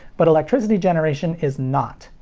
but electricity generation is not.